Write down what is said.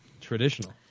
traditional